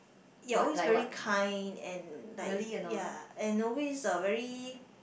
you're always very kind and like ya and always uh very